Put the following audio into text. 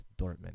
Dortmund